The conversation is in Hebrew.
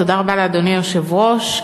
תודה רבה לאדוני היושב-ראש.